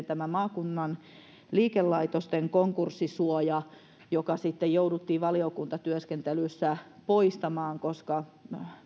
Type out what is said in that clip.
tämä maakunnan liikelaitosten konkurssisuoja joka sitten jouduttiin valiokuntatyöskentelyssä poistamaan koska